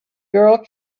girl